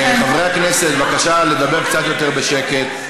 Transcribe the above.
חברי הכנסת, בבקשה לדבר קצת יותר בשקט.